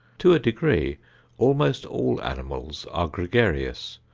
to a degree almost all animals are gregarious,